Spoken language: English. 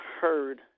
heard